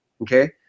Okay